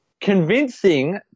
convincing